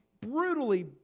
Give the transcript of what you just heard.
brutally